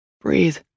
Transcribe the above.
Breathe